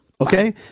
Okay